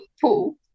pool